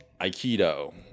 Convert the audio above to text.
Aikido